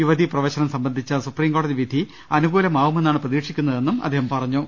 യുവതീ പ്രവേശനം സംബ ന്ധിച്ച സുപ്രീം കോടതി വിധി അനുകാലമാവുമെന്നാണ് പ്രതീക്ഷി ക്കുന്നതെന്നും അദ്ദേഹം പറഞ്ഞു